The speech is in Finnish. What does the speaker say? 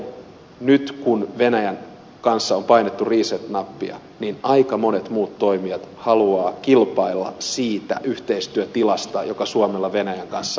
kolmanneksi nyt kun venäjän kanssa on painettu reset nappia niin aika monet muut toimijat haluavat kilpailla siitä yhteistyötilasta joka suomella venäjän kanssa on